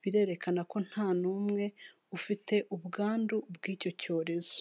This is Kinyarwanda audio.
birerekana ko nta n'umwe ufite ubwandu bw'icyo cyorezo.